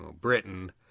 Britain